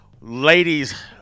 Ladies